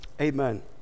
amen